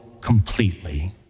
completely